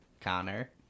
Connor